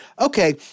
okay